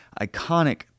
iconic